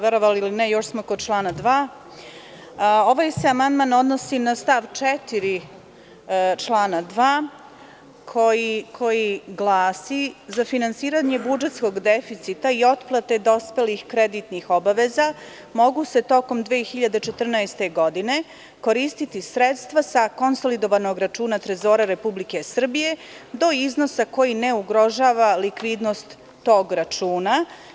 Verovali ili ne još smo kod člana 2. Ovaj se amandman odnosi na stav 4. člana 2. koji glasi – za finansiranje budžetskog deficita i otplate dospelih kreditnih obaveza mogu se tokom 2014. godine koristiti sredstva sa konsolidovanog računa trezora Republike Srbije do iznosa koji ne ugrožava likvidnost tog račun.